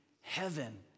heaven